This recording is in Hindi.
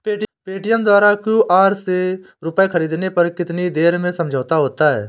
पेटीएम द्वारा क्यू.आर से रूपए ख़रीदने पर कितनी देर में समझौता होता है?